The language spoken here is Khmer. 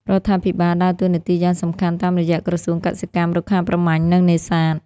រដ្ឋាភិបាលដើរតួនាទីយ៉ាងសំខាន់តាមរយៈក្រសួងកសិកម្ម រុក្ខាប្រមាញ់ និងនេសាទ។